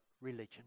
religion